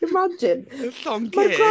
Imagine